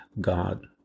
God